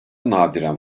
nadiren